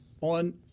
on